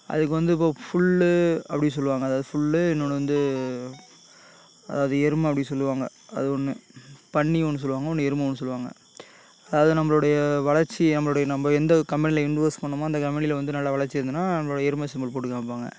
அதுக்கு வந்து இப்போ ஃபுல்லு அப்படின் சொல்லுவாங்க அதாவது ஃபுல்லு இன்னொன்று வந்து அதாவது எருமை அப்படி சொல்லுவாங்க அது ஒன்று பன்னி ஒன்று சொல்லுவாங்க ஒன்று எருமை ஒன்று சொல்லுவாங்க அதாவது நம்மளோடைய வளர்ச்சி நம்மளோடைய நம்ப எந்த கம்பெனியில இன்வெஸ்ட் பண்ணமோ அந்த கம்பெனியில வந்து நல்லா வளர்ச்சி இருந்துதுன்னா நம்மளோட எருமை சிம்புல் போட்டுக் காமிப்பாங்க